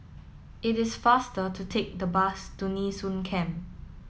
it is faster to take the bus to Nee Soon Camp